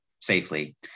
safely